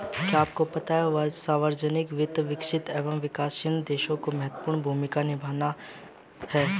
क्या आपको पता है सार्वजनिक वित्त, विकसित एवं विकासशील देशों में महत्वपूर्ण भूमिका निभाता है?